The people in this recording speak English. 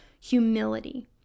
humility